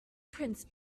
prince